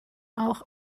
auch